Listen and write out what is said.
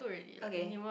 okay